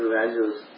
values